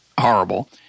horrible